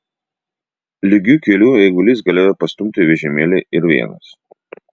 lygiu keliu eigulys galėjo pastumti vežimėlį ir vienas